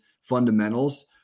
fundamentals